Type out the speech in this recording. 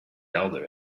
elder